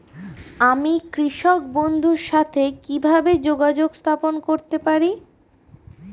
আমি কৃষক বন্ধুর সাথে কিভাবে যোগাযোগ স্থাপন করতে পারি?